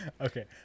okay